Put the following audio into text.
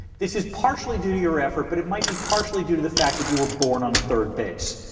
this is partially due to your effort, but it might be partially due to the fact that you were born on third base.